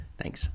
Thanks